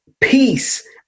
peace